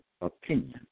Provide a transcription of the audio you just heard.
opinion